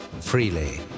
Freely